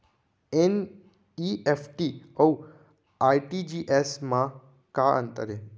NEFT अऊ RTGS मा का अंतर हे?